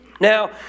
Now